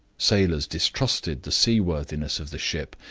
sailors distrusted the sea-worthiness of the ship,